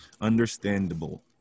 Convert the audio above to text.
Understandable